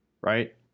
right